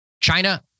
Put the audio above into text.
China